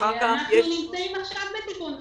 ואחר כך יש --- אנחנו נמצאים עכשיו בתיקון חקיקה,